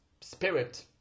spirit